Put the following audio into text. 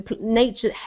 nature